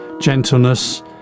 gentleness